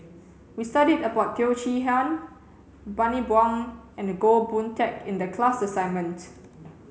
we studied about Teo Chee Hean Bani Buang and Goh Boon Teck in the class assignment